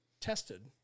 tested